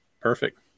perfect